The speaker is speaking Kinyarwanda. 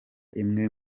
imwe